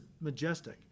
majestic